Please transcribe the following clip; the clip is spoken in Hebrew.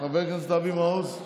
חבר הכנסת אבי מעוז,